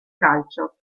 calcio